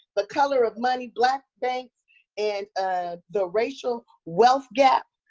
the color of money black banks and ah the racial wealth gap.